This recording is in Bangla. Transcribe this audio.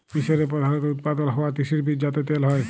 মিসরে প্রধালত উৎপাদল হ্য়ওয়া তিসির বীজ যাতে তেল হ্যয়